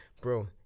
Bro